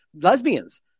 lesbians